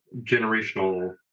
generational